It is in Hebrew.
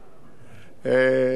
זה דבר ידוע.